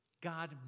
God